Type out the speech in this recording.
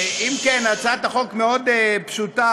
אם כן, הצעת החוק מאוד פשוטה,